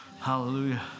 Hallelujah